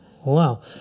Wow